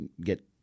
get –